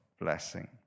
blessing